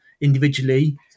individually